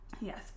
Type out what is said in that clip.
yes